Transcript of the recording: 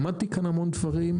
למדתי כאן המון דברים.